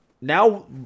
Now